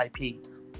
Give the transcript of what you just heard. IPs